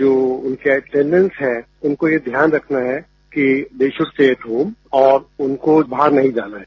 जो उनके अटेडेस हैं उनको ये ध्यान रखना है कि they should stay at home और उनको बाहर नहीं जाना है